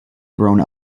grown